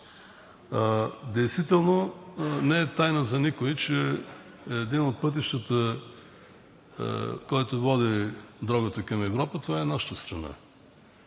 казано. Не е тайна за никого, че един от пътищата, който води дрогата към Европа, е нашата страна